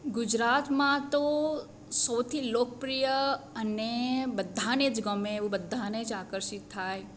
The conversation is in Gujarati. ગુજરાતમાં તો સોથી લોકપ્રિય અને બધાને જ ગમે એવું બધાને જ આકર્ષિત થાય